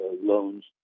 loans